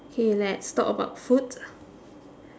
okay let's talk about food